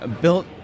built